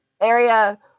area